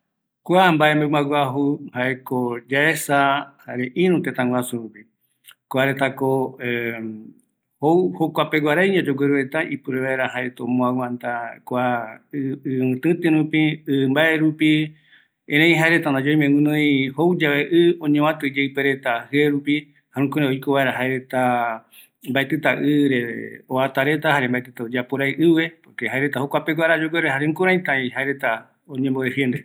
Kua mbaemɨmba guajureta, yogueru jokua peguaraïño, oyepokua oikovaera ɨvɨtïrupi, ɨ mbae rupi, jaereta ndaye ɨ jou yave oñovatu iyeɨpereta jɨepe, jukuraiɨ jaereta oikota ɨma oɨumbae, jokua peguarai jaereta yugueru